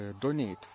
donate